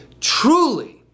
truly